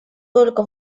только